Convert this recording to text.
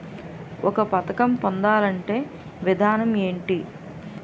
ఒక పథకం పొందాలంటే విధానం ఏంటి?